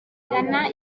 gana